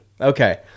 Okay